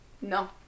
No